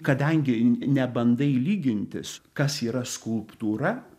kadangi nebandai lygintis kas yra skulptūra